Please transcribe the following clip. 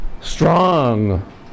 Strong